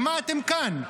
למה אתם כאן?